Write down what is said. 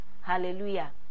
hallelujah